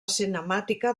cinemàtica